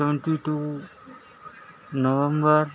twenty two November